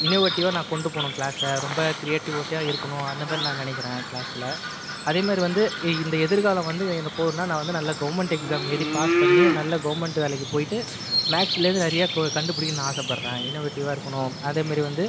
இன்னோவேட்டிவ்வாக நான் கொண்டு போகணும் கிளாஸ்சை ரொம்ப கிரியேட்டிவிட்டியாக இருக்கணும் அந்த மாதிரி நான் நினைக்கிறேன் கிளாஸில் அதே மாதிரி வந்து இந்த எதிர்காலம் வந்து எப்போவுமே நான் நல்லா கவர்மெண்ட் எக்ஸாம் எழுதி நல்லா பாஸ் பண்ணி நல்ல கவர்மெண்ட் வேலைக்கு போயிட்டு மேக்ஸ்லேந்து நிறைய கண்டுபிடிக்கணும் ஆசை படுறேன் இன்னோவேட்டிவ்வாக இருக்கணும் அதே மாதிரி வந்து